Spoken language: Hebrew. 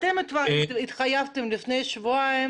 לפני שבועיים